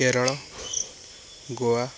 Kerala Goa